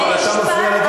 אני מזמין אותך,